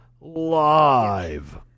live